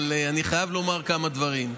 אבל אני חייב לומר כמה דברים.